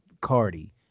Cardi